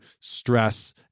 stress